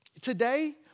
Today